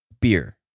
beer